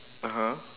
(uh huh)